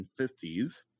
1950s